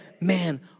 man